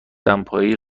دمپایی